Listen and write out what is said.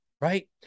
right